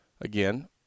Again